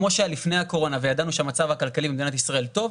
כמו שהיה לפני הקורונה וידענו שהמצב הכלכלי במדינת ישראל טוב,